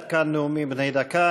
עד כאן נאומים בני דקה.